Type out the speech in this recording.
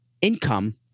income